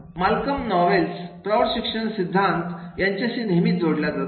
Malcolm Knowles प्रौढ शिक्षण सिद्धांत यांच्याशी नेहमी जोडला जातो